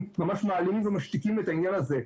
ממש מעלימים ומשתיקים את העניין הזה,